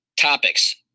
Topics